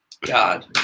God